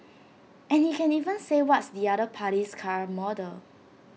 and he can even say what's the other party's car model